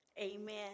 amen